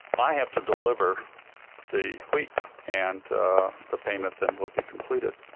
i have to deliver the wheat, and the payment then will be completed.